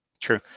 True